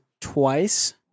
twice